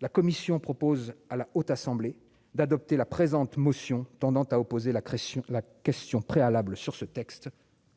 la commission propose à la haute assemblée d'adopter la présente motion tendant à opposer la création, la question préalable sur ce texte,